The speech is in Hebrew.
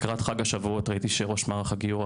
לקראת חג השבועות ראיתי שראש מערך הגיור,